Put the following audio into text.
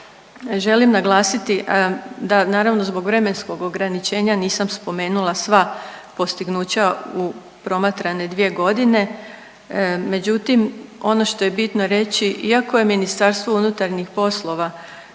želim naglasiti da naravno zbog vremenskog ograničenja nisam spomenula sva postignuća u promatrane dvije godine, međutim ono što je bitno reći iako je MUP kao i cijela